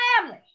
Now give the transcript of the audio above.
family